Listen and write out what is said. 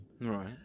right